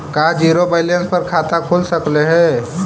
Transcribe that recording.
का zero balance पर खाता खुल सकले हे?